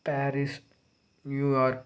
Paris New York